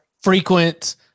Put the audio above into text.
frequent